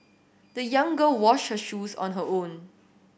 the young girl washed her shoes on her own